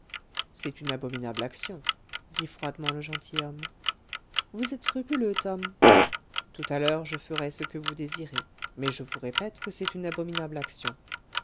c'est une abominable action dit froidement le gentilhomme vous êtes scrupuleux tom tout à l'heure je ferai ce que vous désirez mais je vous répète que c'est une abominable action